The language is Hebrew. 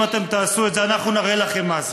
אם אתם תעשו את זה אנחנו נראה לכם מה זה.